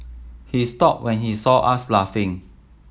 he stopped when he saw us laughing